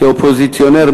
כאופוזיציונר,